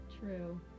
true